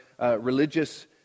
religious